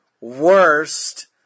Worst